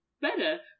better